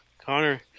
Connor